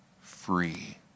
free